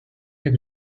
jak